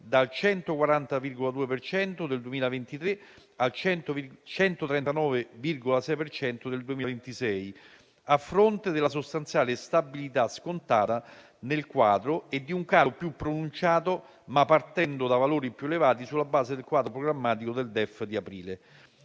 per cento del 2023 al 139,6 per cento del 2026, a fronte della sostanziale stabilità scontata nel quadro e di un calo più pronunciato, ma partendo da valori più elevati, sulla base del quadro programmatico del DEF di aprile.